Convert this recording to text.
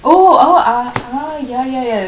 oh oh ah ah ya ya yes